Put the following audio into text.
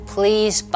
Please